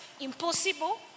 impossible